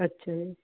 ਅੱਛਾ ਜੀ